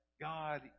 God